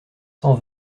cent